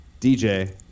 DJ